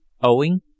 owing